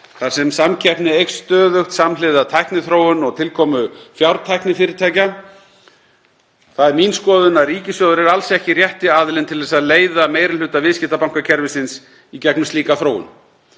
þar sem samkeppni eykst stöðugt samhliða tækniþróun og tilkomu fjártæknifyrirtækja. Það er mín skoðun að ríkissjóður sé alls ekki rétti aðilinn til að leiða meiri hluta viðskiptabankakerfisins í gegnum slíka þróun.